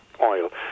oil